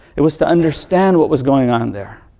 it was to understand what was going on there.